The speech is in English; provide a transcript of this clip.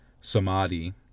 samadhi